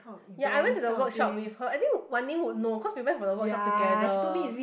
ya I went to the workshop with her I think Wan-Ning would know because we went for the workshop together